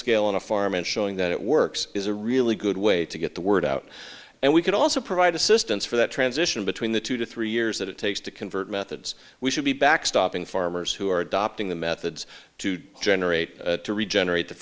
scale on a farm and showing that it works is a really good way to get the word out and we can also provide assistance for that transition between the two to three years that it takes to convert methods we should be back stopping farmers who are adopting the methods to generate to regenerate the